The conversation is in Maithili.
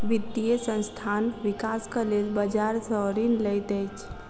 वित्तीय संस्थान, विकासक लेल बजार सॅ ऋण लैत अछि